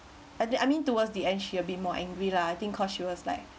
I think I mean towards the end she a bit more angry lah I think cause she was like